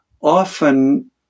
Often